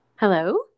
Hello